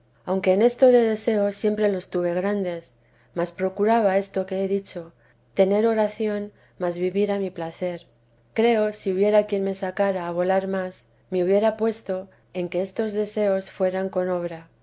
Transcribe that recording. aunque en esto de deseos siempre los tuve grandes mas procuraba esto que he dicho tener oración mas vivir a mi placer creo si hubiera quien me sacara a volar más me hubiera puesto en que estos deseos fueran con obra